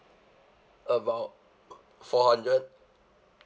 about four hundred